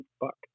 fuck